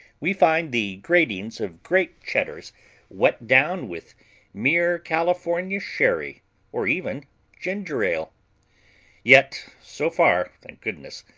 we find the gratings of great cheddars wet down with mere california sherry or even ginger ale yet so far, thank goodness,